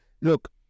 Look